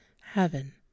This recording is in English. heaven